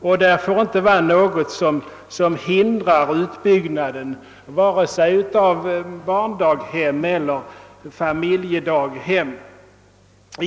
Det får inte vara något som hindrar utbyggnaden av vare sig barnstugor eller familjedaghem.